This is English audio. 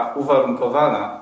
uwarunkowana